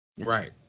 right